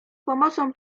pomocą